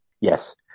Yes